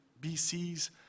BC's